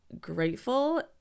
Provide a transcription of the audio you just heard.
Grateful